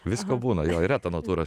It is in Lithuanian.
visko būna jo yra ta natūra